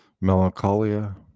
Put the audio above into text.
melancholia